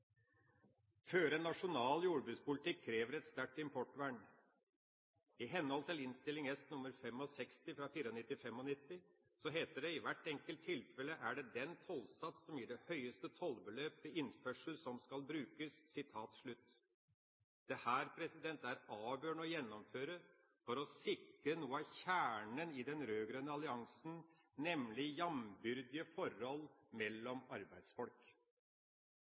føre en nasjonal jordbrukspolitikk krever et sterkt importvern. I henhold til Innst. S. nr. 65 for 1994–1995 heter det at: «I hvert enkelt tilfelle er det den tollsats som gir det høyeste tollbeløp ved innførsel som skal benyttes.» Dette er avgjørende å gjennomføre for å sikre noe av kjernen i den rød-grønne alliansen, nemlig jamnbyrdige forhold mellom arbeidsfolk.